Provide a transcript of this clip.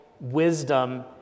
wisdom